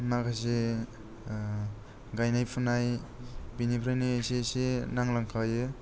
माखासे गायनाय फुनाय बिनिफ्रायनो इसे इसे नांलांखायो